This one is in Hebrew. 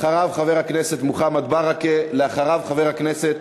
אחריו, חבר הכנסת